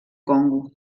congo